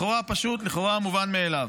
לכאורה פשוט, לכאורה מובן מאליו.